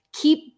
keep